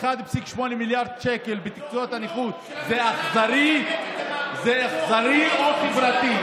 1.8 מיליארד שקל בקצבאות הנכות זה אכזרי או חברתי?